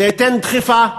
זה ייתן דחיפה,